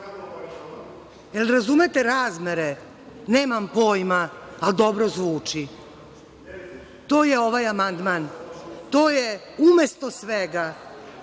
razumete razmere - nemam pojma, ali dobro zvuči. To je ovaj amandman. To je umesto svega